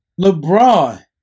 LeBron